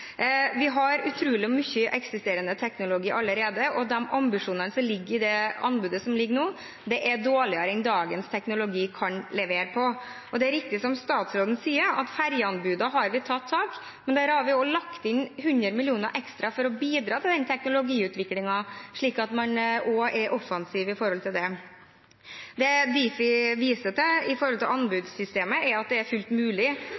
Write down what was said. anbudet som ligger nå, er dårligere enn det man kan levere med dagens teknologi. Det er riktig som statsråden sier, at når det gjelder ferjeanbudene, har vi tatt tak. Der har vi lagt inn 100 mill. kr ekstra for å bidra til den teknologiutviklingen, slik at man også er offensiv med hensyn til det. Det Difi viste til i anbudssystemet, er at det er fullt mulig